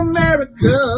America